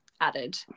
added